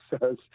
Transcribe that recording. says